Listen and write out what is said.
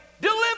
deliver